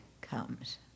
comes